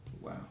Wow